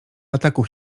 ataku